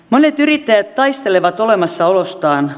monet yrittäjät taistelevat olemassaolostaan